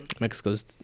Mexico's